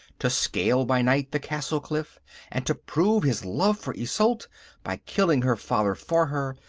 to scale by night the castle cliff and to prove his love for isolde by killing her father for her,